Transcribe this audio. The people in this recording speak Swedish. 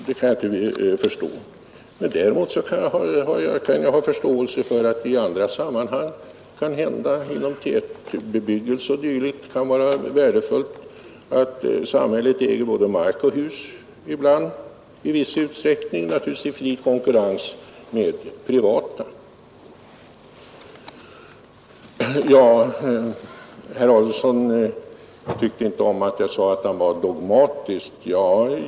Jag kan inte förstå att någonting skulle bli bättre med det. Däremot kan jag förstå att det inom tätbebyggelse kan vara värdefullt att samhället ibland i viss utsträckning äger både mark och hus, naturligtvis i fri konkurrens med det privata ägandet. Herr Adolfsson tyckte inte om att jag sade att han var dogmatisk.